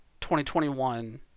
2021